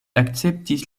akceptis